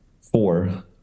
four